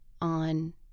on